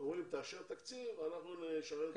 אומרים תאשר תקציב, אנחנו נשריין.